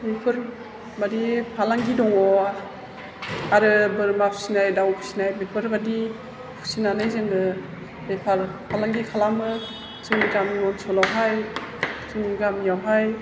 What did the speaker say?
बेफोरबादि फालांगि दङ' आरो बोरमा फिसिनाय दाव फिसिनाय बेफोर बादि फिसिनानै जोङो बेफार फालांगि खालामो जोंनि गामि ओनसोलावहाय जोंनि गामियावहाय